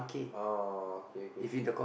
orh k k k